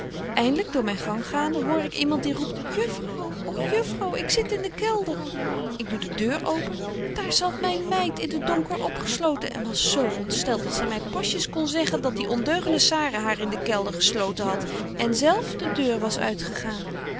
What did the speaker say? eindelyk door myn gang gaande hoor ik iemand die roept juffrouw och juffrouw ik zit in de kelder ik doe de deur open daar zat myn meid in den donker opgesloten en was zo ontstelt dat zy my pasjes kon zeggen dat die ondeugende sare haar in de kelder gesloten hadt en zelf de deur was uitgegaan